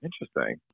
Interesting